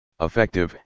effective